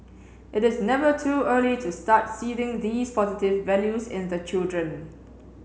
it is never too early to start seeding these positive values in the children